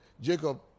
Jacob